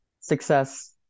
success